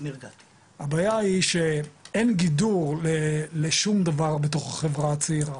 הבעיה היא שאין גידור לשום דבר בתוך החברה הצעירה.